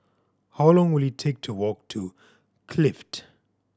how long will it take to walk to Clift